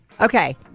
Okay